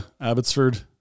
Abbotsford